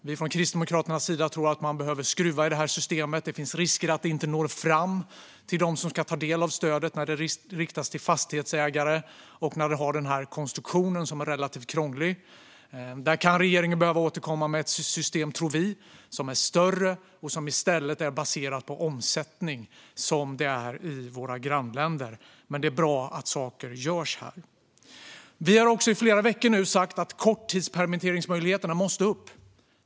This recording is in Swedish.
Vi kristdemokrater tror att man behöver skruva i det här systemet. Det finns risk för att stödet inte når fram till dem som ska ta del av det när det riktas till fastighetsägare och har den här relativt krångliga konstruktionen. Vi tror att regeringen kan behöva återkomma med ett system som är större och som i stället är baserat på omsättning, likt våra grannländer. Det är dock bra att saker görs. Vi har nu i flera veckor sagt att korttidspermitteringsmöjligheterna måste ökas.